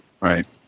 Right